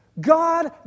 God